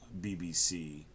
BBC